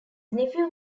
nephew